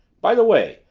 by the way,